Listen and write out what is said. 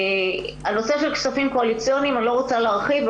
הנושא של כספים קואליציוניים אני לא רוצה להרחיב,